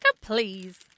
please